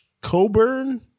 Coburn